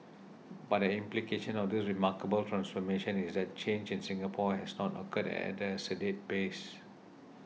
but an implication of this remarkable transformation is that change in Singapore has not occurred at a sedate pace